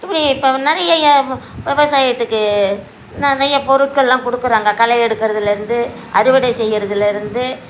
இப்படி பா நிறையய வ விவசாயத்துக்கு நிறைய பொருட்களெலாம் கொடுக்குறாங்க களை எடுக்கிறதுலருந்து அறுவடை செய்கிறதுலருந்து